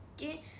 okay